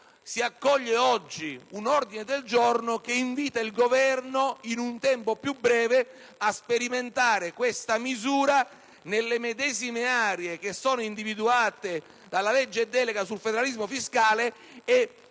si accoglie oggi un ordine del giorno che invita il Governo in un tempo più breve a sperimentare questa misura nelle medesime aree che sono individuate dalla legge delega sul federalismo fiscale e